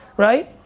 right?